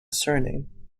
surname